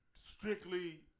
strictly